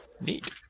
Neat